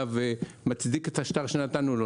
אגב, מאיר מצדיק את השטר שנתנו לו.